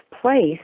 place